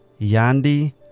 Yandi